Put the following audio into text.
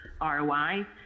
ROI